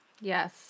Yes